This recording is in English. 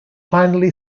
finally